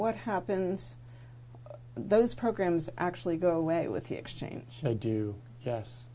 what happens those programs actually go away with the exchange they do yes